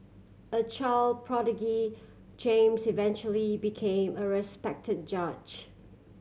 a child prodigy James eventually became a respect judge